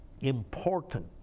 important